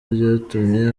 ryatumye